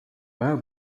pähe